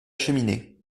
cheminée